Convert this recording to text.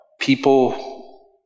people